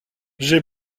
j’ai